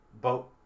boat